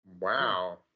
Wow